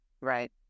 Right